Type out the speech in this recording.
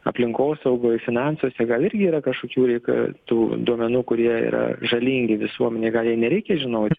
aplinkosaugoj finansuose gal ir yra kažkokių reika tų duomenų kurie yra žalingi visuomenei gal jai nereikia žinoti